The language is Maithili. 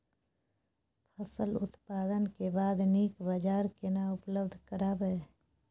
फसल उत्पादन के बाद नीक बाजार केना उपलब्ध कराबै?